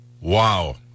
Wow